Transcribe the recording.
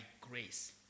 grace